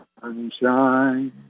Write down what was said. Sunshine